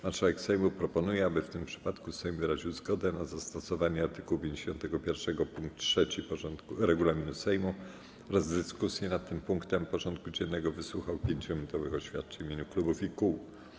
Marszałek Sejmu proponuje, aby w tym przypadku Sejm wyraził zgodę na zastosowanie art. 51 pkt 3 regulaminu Sejmu oraz w dyskusji nad tym punktem porządku dziennego wysłuchał 5-minutowych oświadczeń w imieniu klubów i kół.